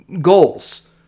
goals